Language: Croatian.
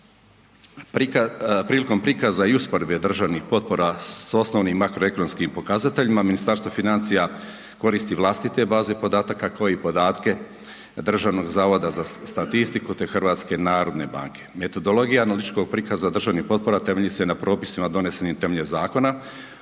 Prilikom prikaza i usporedbe državnih potpora s osnovnim makroekonomskim pokazateljima Ministarstva financija koristi vlastite baze podataka kao i podatke DZS-a te HNB-a. Metodologija … prikaza državnih potpora temelji se na propisima donesenim temeljem zakona